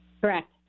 Correct